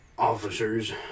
officers